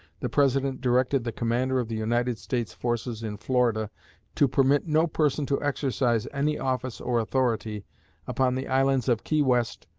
the president directed the commander of the united states forces in florida to permit no person to exercise any office or authority upon the islands of key west,